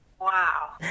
Wow